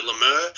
lemur